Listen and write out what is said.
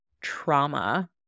trauma